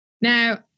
Now